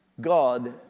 God